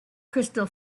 crystal